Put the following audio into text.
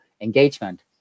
engagement